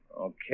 Okay